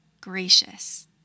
Gracious